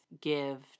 give